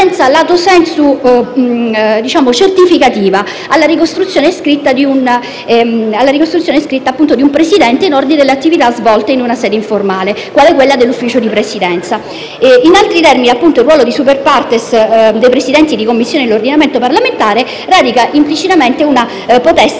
In altri termini, il ruolo *super partes* dei Presidenti di Commissioni nell'ordinamento parlamentare radica implicitamente una *potestas* certificativa